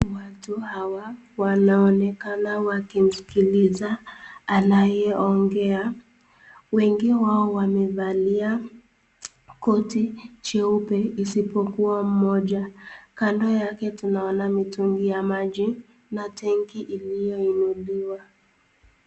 Watu hawa wanaonekana wakimsikiza anayeongea wengi wao wamevalia koti jeupe, isipokuwa moja kando yake tunaona mitungi ya maji na tengi iliyoinuliwa.